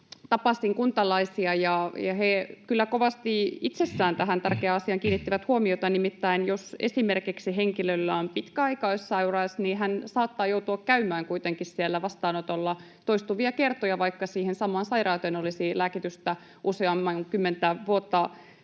tapasin kuntalaisia, ja he kyllä kovasti itsessään tähän tärkeään asiaan kiinnittivät huomiota. Nimittäin jos esimerkiksi henkilöllä on pitkäaikaissairaus, niin hän saattaa joutua käymään kuitenkin siellä vastaanotolla toistuvia kertoja, vaikka siihen samaan sairauteen olisi lääkitystä useamman kymmentä vuotta